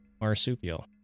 marsupial